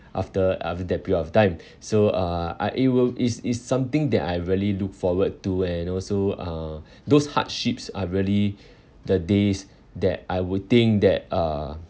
after uh that period of time so uh uh it will is is something that I really look forward to and also uh those hardships are really the days that I would think that uh